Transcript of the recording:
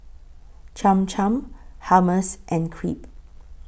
Cham Cham Hummus and Crepe